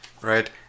right